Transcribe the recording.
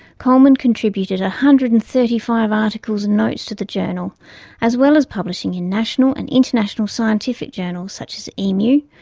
coleman contributed one ah hundred and thirty five articles and notes to the journal as well as publishing in national and international scientific journals such as emu,